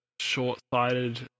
short-sighted